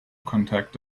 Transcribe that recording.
contact